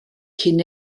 cyn